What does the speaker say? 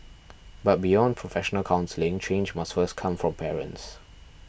but beyond professional counselling change must first come from parents